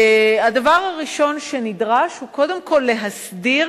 הדבר הראשון שנדרש הוא קודם כול להסדיר